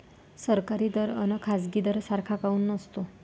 सरकारी दर अन खाजगी दर सारखा काऊन नसतो?